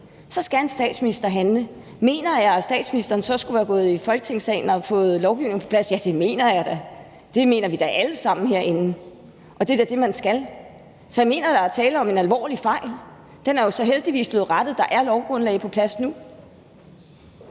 Så skal en statsminister handle. Mener jeg, at statsministeren så skulle være gået i Folketingssalen og have fået lovgivningen på plads? Ja, det mener jeg da. Det mener vi da alle sammen herinde, og det er da det, man skal. Så jeg mener, der er tale om en alvorlig fejl. Den er jo så heldigvis blevet rettet; der er lovgrundlag på plads nu.